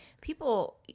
people